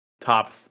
top